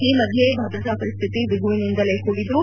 ಈ ಮಧ್ಯೆ ಭದ್ರತಾ ಪರಿಸ್ಥಿತಿ ಬಿಗುವಿನಿಂದಲೇ ಕೂಡಿದ್ದು